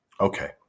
Okay